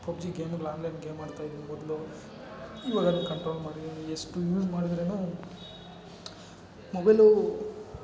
PUBG ಗೇಮಲ್ಲಿ online game ಆಡ್ತಾ ಇದ್ದಾನೆ ಮೊದಲು ಇವಾಗ ಕಂಟ್ರೋಲ್ ಮಾಡಿದ್ದೀನಿ ಎಷ್ಟು ಯೂಸ್ ಮಾಡಿದ್ರೆನು ಮೊಬೈಲೂ